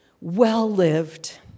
well-lived